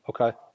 Okay